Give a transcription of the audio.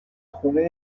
خونه